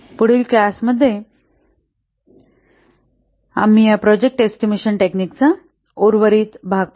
पुढील क्लास मध्ये आम्ही या प्रोजेक्ट एस्टिमेशन टेक्निक चा उर्वरित भाग पाहू